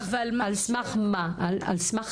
על סמך מה הנתונים?